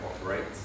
operates